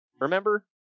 Remember